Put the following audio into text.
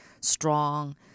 strong